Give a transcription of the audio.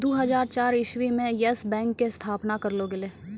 दु हजार चार इस्वी मे यस बैंक के स्थापना करलो गेलै